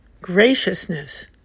graciousness